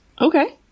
Okay